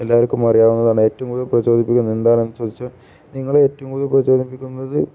എല്ലാവർക്കും അറിയാവുന്നതാണ് ഏറ്റവും കൂടുതൽ പ്രചോദപ്പിക്കുന്നത് എന്താണെന്ന് ചോദിച്ചാല് നിങ്ങളെ ഏറ്റവും കൂടുതൽ പ്രചോദിപ്പിക്കുന്നത്